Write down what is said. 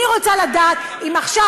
אני רוצה לדעת אם עכשיו,